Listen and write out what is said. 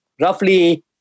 roughly